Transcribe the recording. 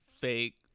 fake